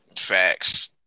Facts